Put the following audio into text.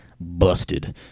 busted